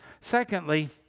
Secondly